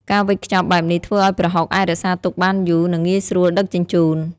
ការវេចខ្ចប់បែបនេះធ្វើឱ្យប្រហុកអាចរក្សាទុកបានយូរ និងងាយស្រួលដឹកជញ្ជូន។